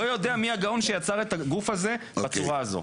אני לא יודע מי הגאון שיצר את הגוף הזה בצורה הזאת.